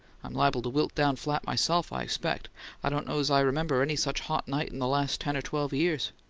i'm liable to wilt down flat, myself, i expect i don't know as i remember any such hot night in the last ten or twelve years.